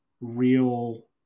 real